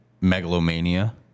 megalomania